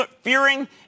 fearing